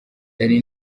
danny